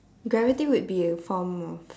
gravity would be a form of